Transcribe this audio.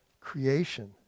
creation